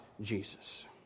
Jesus